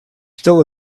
still